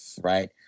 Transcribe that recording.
right